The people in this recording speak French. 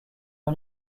une